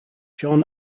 john